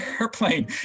airplane